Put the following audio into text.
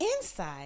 inside